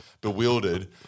bewildered